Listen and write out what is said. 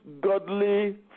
godly